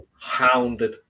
Hounded